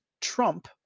Trump